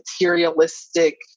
materialistic